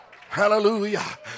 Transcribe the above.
hallelujah